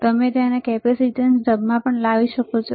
અને તમે તેને કેપેસીટન્સ ઢબમાં લાવી શકો છો